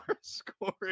scoring